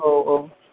औ औ